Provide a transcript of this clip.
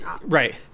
Right